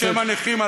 בשם הנכים,